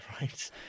right